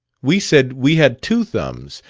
we said we had two thumbs,